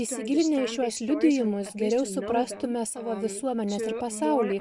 įsigilinę į šiuos liudijimus geriau suprastume savo visuomenes ir pasaulį